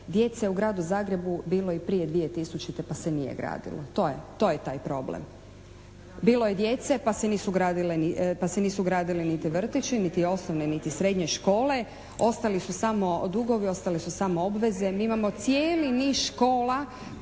je u gradu Zagrebu bilo i prije 2000. pa se nije gradilo. To je, to je taj problem. Bilo je djece pa se nisu gradile, pa se nisu gradili niti vrtići, niti osnovne niti srednje škole. Ostali su samo dugovi. Ostale su samo obveze. Mi imamo cijeli niz škola